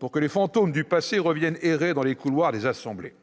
pour que les fantômes du passé reviennent errer dans les couloirs des assemblées